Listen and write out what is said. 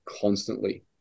constantly